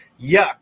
yuck